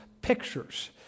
pictures